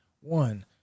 one